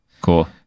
cool